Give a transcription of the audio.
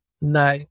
no